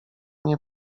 nie